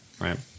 right